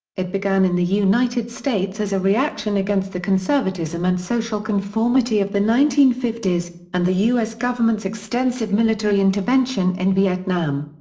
it began in the united states as a reaction against the conservatism and social conformity of the nineteen fifty s, and the us government's extensive military intervention in vietnam.